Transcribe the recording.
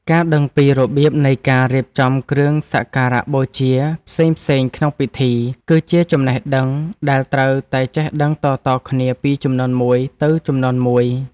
ការដឹងពីរបៀបនៃការរៀបចំគ្រឿងសក្ការបូជាផ្សេងៗក្នុងពិធី គឺជាចំណេះដឹងដែលត្រូវតែចេះដឹងតៗគ្នាពីជំនាន់មួយទៅជំនាន់មួយ។